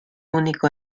único